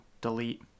delete